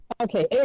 Okay